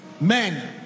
Men